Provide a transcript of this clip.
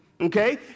Okay